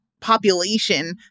population